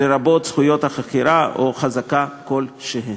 לרבות זכויות החכירה או חזקה כלשהי.